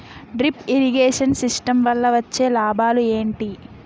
Drip irrigation system వల్ల వచ్చే లాభాలు ఏంటి?